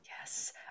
Yes